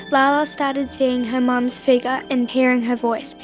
lala started seeing her mum's figure and hearing her voice,